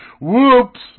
Whoops